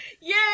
Yay